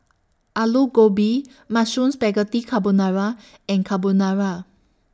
Alu Gobi Mushroom Spaghetti Carbonara and Carbonara